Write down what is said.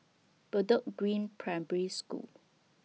Bedok Green Primary School